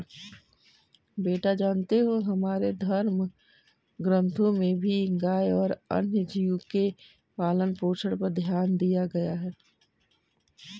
बेटा जानते हो हमारे धर्म ग्रंथों में भी गाय और अन्य जीव के पालन पोषण पर ध्यान दिया गया है